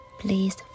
please